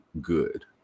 good